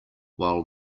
while